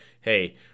hey